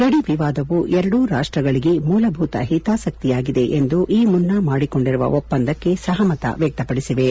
ಗಡಿ ವಿವಾದವು ಎರಡೂ ರಾಷ್ಷಗಳಿಗೆ ಮೂಲಭೂತ ಹಿತಾಸಕ್ತಿಯಾಗಿದೆ ಎಂದು ಈ ಮುನ್ನ ಮಾಡಿಕೊಂಡಿರುವ ಒಪ್ಪಂದಕ್ಕೆ ಸಹಮತ ವ್ಯಕ್ತಪಡಿಸಿವೆ